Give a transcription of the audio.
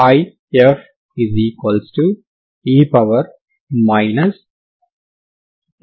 Fe 3